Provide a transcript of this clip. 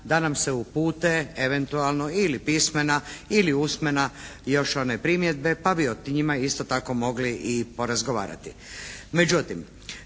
da nam se upute eventualno ili pismena ili usmena još one primjedbe, pa bi o njima isto tako mogli i porazgovarati. Međutim,